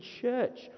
church